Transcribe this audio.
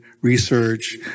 research